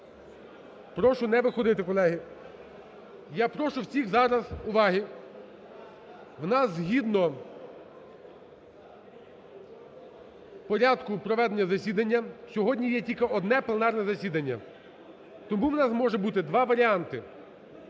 прошу не виходити, колеги! Я прошу всіх зараз уваги. В нас згідно порядку проведення засідання сьогодні є тільки одне пленарне засідання. Тому в нас може бути два варіанти: